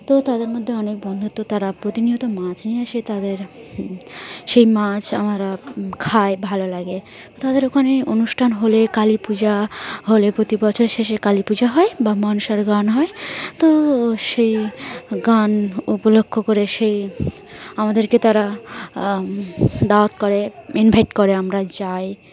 তো তাদের মধ্যে অনেক বন্ধুত্ব তারা প্রতিনিয়ত মাছ নিয়ে আসে তাদের সেই মাছ আমরা খাই ভালো লাগে তো তাদের ওখানে অনুষ্ঠান হলে কালী পূজা হলে প্রতি বছর শেষে কালী পূজা হয় বা মনসার গান হয় তো সেই গান উপলক্ষ করে সেই আমাদেরকে তারা দাওয়াত করে ইনভাইট করে আমরা যাই